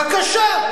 בבקשה.